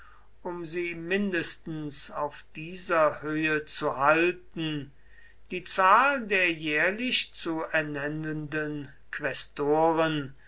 um sie mindestens auf dieser höhe zu halten die zahl der jährlich zu ernennenden